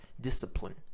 discipline